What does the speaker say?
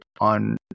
on